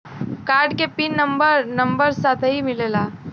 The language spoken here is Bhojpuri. कार्ड के पिन नंबर नंबर साथही मिला?